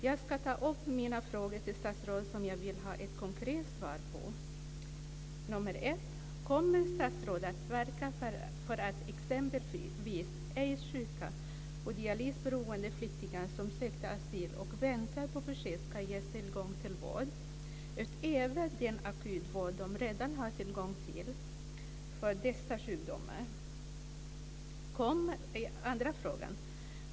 Jag ska igen ta upp mina frågor till statsrådet som jag vill ha ett konkret svar på. 1. Kommer statsrådet att verka för att exempelvis aidssjuka och dialysberoende flyktingar som sökt asyl och väntar på besked ska ges tillgång till vård utöver den akutvård som de redan har tillgång till för dessa sjukdomar? 2.